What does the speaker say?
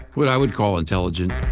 what i would call intelligent